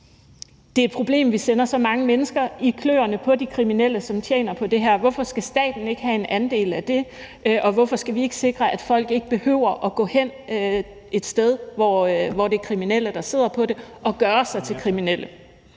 det er et problem, at vi sender så mange mennesker i kløerne på de kriminelle, som tjener på det her. Hvorfor skal staten ikke have en andel af det? Og hvorfor skal vi ikke sikre, at folk ikke behøver at gå hen et sted, hvor det er kriminelle, der sidder på det, og gøre sig til kriminelle?